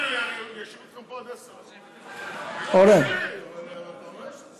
מה, אנחנו ילדים קטנים, לא מוותר,